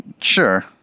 Sure